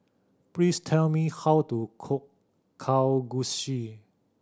please tell me how to cook Kalguksu